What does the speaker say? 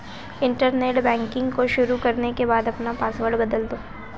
internet banking को शुरू करने के बाद अपना पॉसवर्ड बदल दे